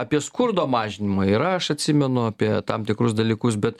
apie skurdo mažinimą yra aš atsimenu apie tam tikrus dalykus bet